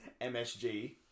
MSG